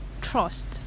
trust